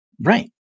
Right